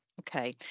okay